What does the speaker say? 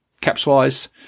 Caps-wise